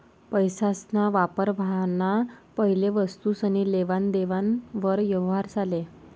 पैसासना वापर व्हवाना पैले वस्तुसनी लेवान देवान वर यवहार चाले